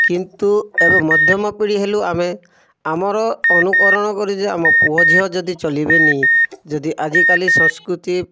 କିନ୍ତୁ ଏବେ ମଧ୍ୟମ ପିଢ଼ି ହେଲୁ ଆମେ ଆମର ଅନୁକରଣ କରି ଯେ ଆମ ପୁଅ ଝିଅ ଯଦି ଚଲିବେନି ଯଦି ଆଜିକାଲି ସଂସ୍କୃତି